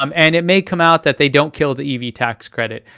um and it may come out that they don't kill the ev tax credit.